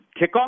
kickoff